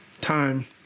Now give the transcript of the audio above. time